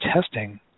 testing